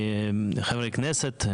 חברי הכנסת,